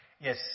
yes